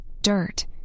Dirt